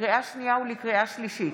לקריאה שנייה ולקריאה שלישית: